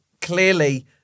clearly